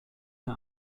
der